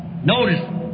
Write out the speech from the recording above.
Notice